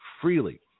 freely